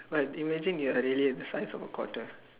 but imagine you're really in a size of the quarter